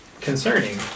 concerning